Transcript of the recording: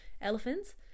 elephants